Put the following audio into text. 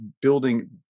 building